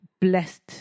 blessed